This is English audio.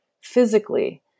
physically